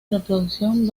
reproducción